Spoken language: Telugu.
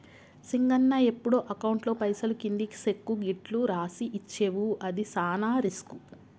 సింగన్న ఎప్పుడు అకౌంట్లో పైసలు కింది సెక్కు గిట్లు రాసి ఇచ్చేవు అది సాన రిస్కు